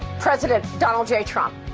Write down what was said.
president donald j. trump.